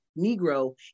Negro